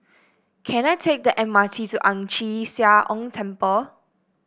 can I take the M R T to Ang Chee Sia Ong Temple